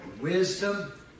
Wisdom